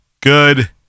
good